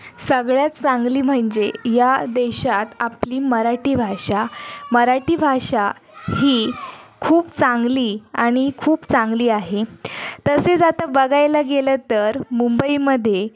सगळ्यात चांगली म्हणजे या देशात आपली मराठी भाषा मराठी भाषा ही खूप चांगली आणि खूप चांगली आहे तसेच आता बघायला गेलं तर मुंबईमध्ये